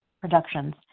productions